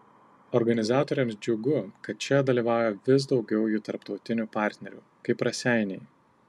organizatoriams džiugu kad čia dalyvauja vis daugiau jų tarptautinių partnerių kaip raseiniai